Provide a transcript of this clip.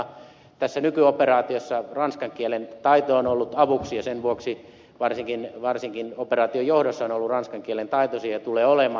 tässä nykyoperaatiossa ranskan kielen taito on ollut avuksi ja sen vuoksi varsinkin operaation johdossa on ollut ranskan kielen taitoisia ja tulee olemaan